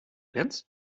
bent